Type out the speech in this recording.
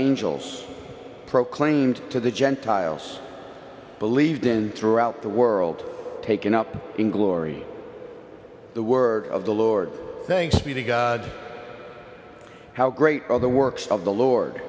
angels proclaimed to the gentiles believed in throughout the world taken up in glory the word of the lord thanks be to god how great are the works of the lord